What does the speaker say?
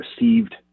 received